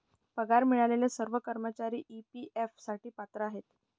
पगार मिळालेले सर्व कर्मचारी ई.पी.एफ साठी पात्र आहेत